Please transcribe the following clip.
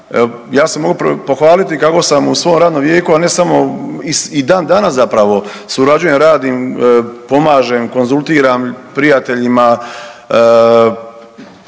ja se mogu pohvaliti kako sam u svom radnom vijeku, a ne samo i dan danas zapravo surađujem, radim, pomažem, konzultiram prijateljima